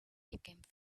became